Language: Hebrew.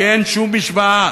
כי אין שום משוואה.